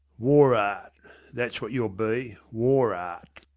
wore aht thets wot you'll be wore aht.